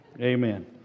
Amen